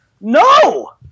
No